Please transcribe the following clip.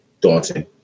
daunting